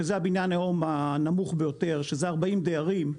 שזה היום הבניין הנמוך ביותר שזה 40 דיירים.